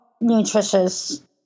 nutritious